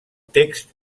text